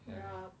ya